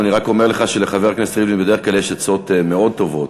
אני רק אומר לך שלחבר הכנסת ריבלין בדרך כלל יש עצות מאוד טובות,